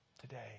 today